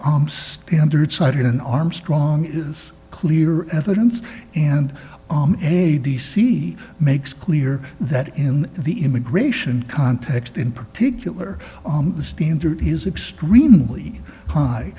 on standard cited in armstrong is clear evidence and a d c makes clear that in the immigration context in particular the standard his extremely hi